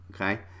okay